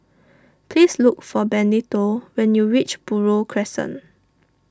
please look for Benito when you reach Buroh Crescent